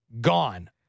Gone